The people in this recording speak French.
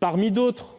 parmi d'autres